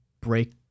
break